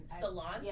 salon